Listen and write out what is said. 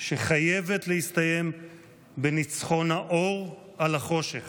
שהיא חייבת להסתיים בניצחון האור על החושך.